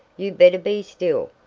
you better be still.